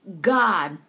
god